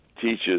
teaches